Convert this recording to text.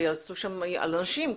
שיעשו שם על אנשים?